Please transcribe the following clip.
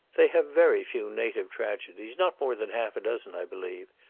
they have very few native tragedies not more than half a dozen i believe,